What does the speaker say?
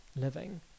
living